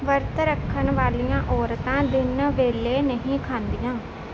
ਵਰਤ ਰੱਖਣ ਵਾਲੀਆਂ ਔਰਤਾਂ ਦਿਨ ਵੇਲੇ ਨਹੀਂ ਖਾਂਦੀਆਂ